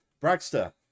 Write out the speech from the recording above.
bragster